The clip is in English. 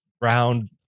round